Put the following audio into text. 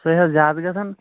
سُے حظ زیادٕ گژھان